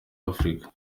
afurika